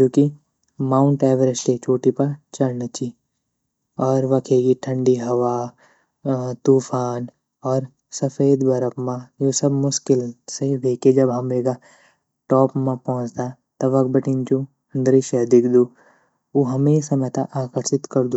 जू की Mount Everest ए चोटी प चडन ची और वखे गी ठंडी हवा, तूफ़ान, और सफ़ेद बरफ़ म यूँ सब मुश्किल से वे के जब हम वेगा टॉप म पोंछदा त वख बठीन जू दृश्य दिखदू ऊ हमेशा मेता आकर्षित कर्दू।